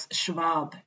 Schwab